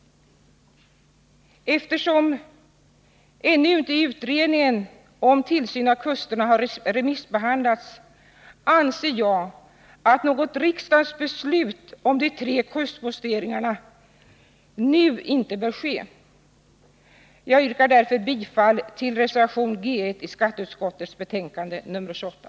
Eftersom utredningen Om tillsyn av kusterna ännu inte har remissbehandlats, anser jag att något riksdagsbeslut om de tre kustposteringarna inte bör fattas nu. Jag yrkar därför bifall till reservationen beträffande punkten G1 i skatteutskottets betänkande nr 28.